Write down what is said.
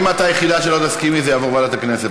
אם את היחידה שלא תסכימי זה יעבור לוועדת הכנסת.